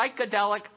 psychedelic